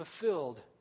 fulfilled